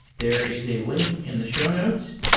there is a link in the show notes.